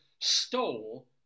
stole